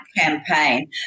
campaign